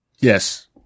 Yes